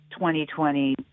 2020